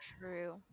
true